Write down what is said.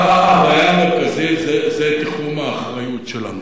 הבעיה המרכזית זה תחום האחריות שלנו.